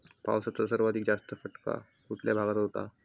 पावसाचा सर्वाधिक जास्त फटका कुठल्या भागात होतो?